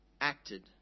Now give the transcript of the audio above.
acted